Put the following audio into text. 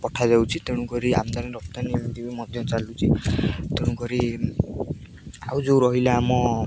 ପଠାଯାଉଛି ତେଣୁକରି ଆମଦାନୀ ରପ୍ତାନୀ ଏମିତି ବି ମଧ୍ୟ ଚାଲୁଛି ତେଣୁକରି ଆଉ ଯୋଉ ରହିଲା ଆମ